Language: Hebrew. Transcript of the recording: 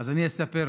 אז אני אספר לך.